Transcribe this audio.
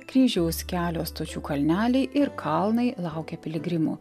kryžiaus kelio stočių kalneliai ir kalnai laukia piligrimų